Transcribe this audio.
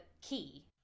key